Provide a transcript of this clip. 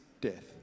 death